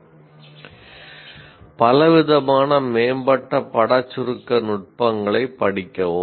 'பலவிதமான மேம்பட்ட பட சுருக்க நுட்பங்களைப் படிக்கவும்